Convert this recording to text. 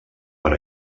per